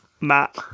Matt